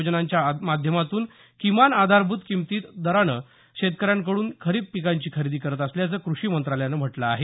योजनांच्या माध्यमातून किमान आधारभूत किंमतीत दरानं शेतकऱ्यांकडून खरीप पिकांची खरेदी करत असल्याचं कृषी मंत्रालयानं म्हटलं आहे